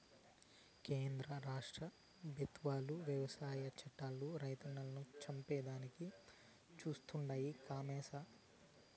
కేంద్ర రాష్ట్ర పెబుత్వాలు వ్యవసాయ చట్టాలు రైతన్నలను చంపేదానికి చేస్తండాయి కామోసు